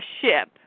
ship